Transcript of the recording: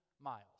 miles